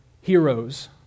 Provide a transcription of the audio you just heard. heroes